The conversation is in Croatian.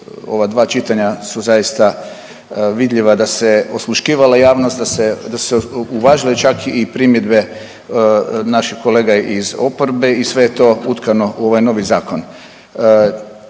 ova dva čitanja su zaista vidljiva da se osluškivala javnost, da su se uvažile i primjedbe naših kolega iz oporbe i sve je to utkano u ovaj novi zakon.